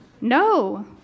No